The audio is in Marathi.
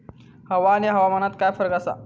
हवा आणि हवामानात काय फरक असा?